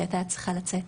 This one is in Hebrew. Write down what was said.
שהייתה צריכה לצאת.